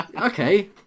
Okay